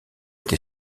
été